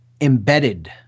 embedded